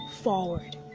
forward